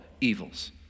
evils